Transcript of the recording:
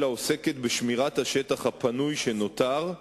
אלא עוסקת בשמירת השטח הפנוי שנותר,